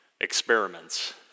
experiments